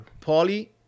Paulie